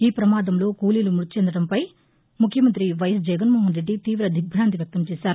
ఈ పమాదంలో కూలీలు మ్బతి చెందటం పట్ల ముఖ్యమంతి వైయస్ జగన్ మోహన్ రెడ్డి తీవ దిగ్బాంతి వ్యక్తం చేశారు